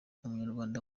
umunyarwanda